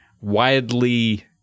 widely